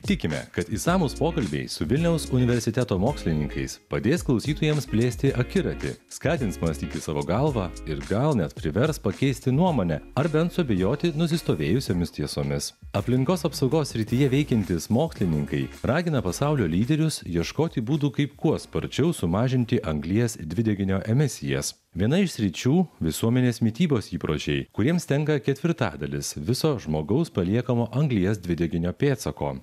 tikime kad išsamūs pokalbiai su vilniaus universiteto mokslininkais padės klausytojams plėsti akiratį skatins mąstyti savo galva ir gal net privers pakeisti nuomonę ar bent suabejoti nusistovėjusiomis tiesomis aplinkos apsaugos srityje veikiantys mokslininkai ragina pasaulio lyderius ieškoti būdų kaip kuo sparčiau sumažinti anglies dvideginio emisijas viena iš sričių visuomenės mitybos įpročiai kuriems tenka ketvirtadalis viso žmogaus paliekamo anglies dvideginio pėdsako